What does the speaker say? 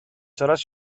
coraz